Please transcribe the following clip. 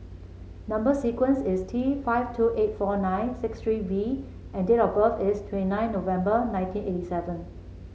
number sequence is T five two eight four nine six three V and date of birth is twenty nine November nineteen eighty seven